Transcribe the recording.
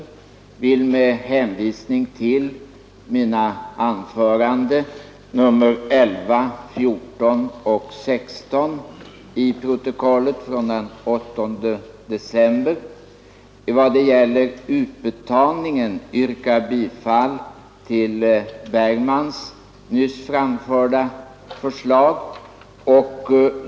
Jag vill med hänvisning till mina anföranden nr 11, 14 och 16 i snabbprotokollet från den 8 december i vad gäller utbetalningen yrka bifall till herr Bergmans nyss framförda förslag.